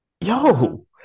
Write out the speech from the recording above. Yo